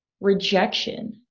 rejection